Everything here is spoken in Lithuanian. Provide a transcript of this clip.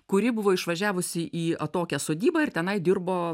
kuri buvo išvažiavusi į atokią sodybą ir tenai dirbo